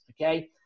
Okay